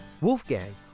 Wolfgang